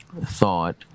thought